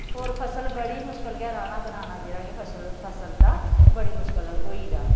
और फसल बड़ी मुश्कल गै राह्ना बनाना जेह्ड़ा कि फसल फसल दा बड़ी मुश्कल होई दा